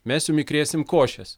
mes jum įkrėsim košės